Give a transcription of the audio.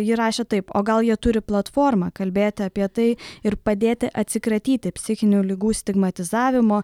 ji rašė taip o gal jie turi platformą kalbėti apie tai ir padėti atsikratyti psichinių ligų stigmatizavimo